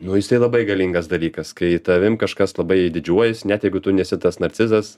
nu jisai labai galingas dalykas kai tavim kažkas labai didžiuojas net jeigu tu nesi tas narcizas